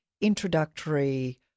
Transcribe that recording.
introductory